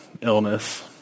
illness